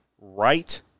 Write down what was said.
right